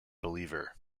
believer